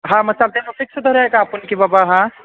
हा मग चालत आहे मग फिक्स धरूया का आपण की बाबा हा